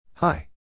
Hi